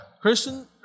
Christian